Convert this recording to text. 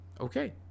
Okay